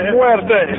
Muerte